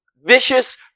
vicious